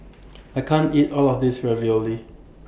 I can't eat All of This Ravioli